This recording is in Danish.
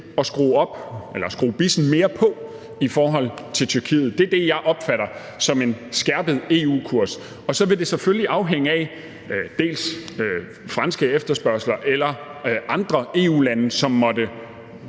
villige til at skrue bissen mere på i forhold til Tyrkiet. Det er det, jeg opfatter som en skærpet EU-kurs. Og hvad der så skal ligge i det, vil selvfølgelig afhænge af, hvad Frankrig efterspørger, eller om andre EU-lande måtte